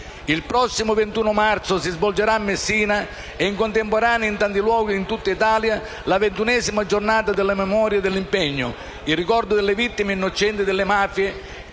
Il prossimo 21 marzo si svolgerà a Messina e, in contemporanea, in tanti luoghi in tutta Italia la XXI Giornata della memoria e dell'impegno, in ricordo delle vittime innocenti delle mafie